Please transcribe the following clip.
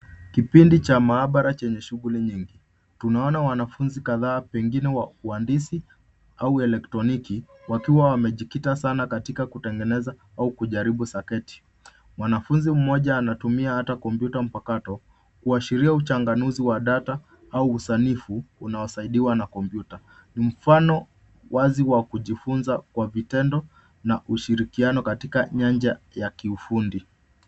Kipindi cha maabara chenye shughuli nyingi. Tunaona wanafunzi kadhaa pengine wa uhandisi au eletroniki wakiwa wamejikita sana katika kutengeneza au kujaribu saketi. Mwanafunzi mmoja anatumia hata kompyuta mpakato, kuashiria uchanganuzi wa data au usanifu unaosaidiwa na kompyuta. Ni mfano wazi wa kujifunza kwa vitendo na ushirikiano katika nyanja ya kiufundi.